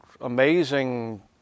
amazing